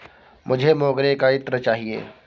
मुझे मोगरे का इत्र चाहिए